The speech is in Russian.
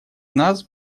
нас